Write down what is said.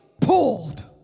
pulled